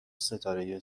ستاره